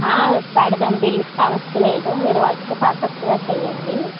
పెడదాం బిల్లుకు సమస్య లేదు మీరు వర్క్ పర్ఫెక్ట్గా చెయ్యండి